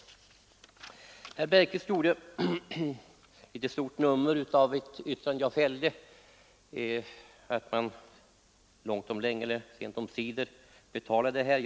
Herr Bergqvist gjorde ett stort nummer av ett yttrande som jag fällde, nämligen att man sent omsider betalat för uppdraget.